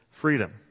freedom